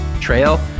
Trail